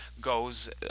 goes